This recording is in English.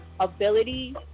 Ability